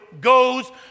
goes